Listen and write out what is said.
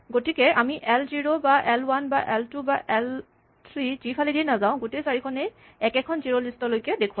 গতিকে আমি L zero বা এল ৱান বা এল টু বা এল থ্ৰী যিফালেদিয়েই নাযাওঁ গোটেই চাৰিওখনেই একেখন জিৰ'লিষ্ট লৈকে দেখুৱায়